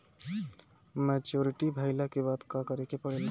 Maturity भईला के बाद का करे के पड़ेला?